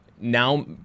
Now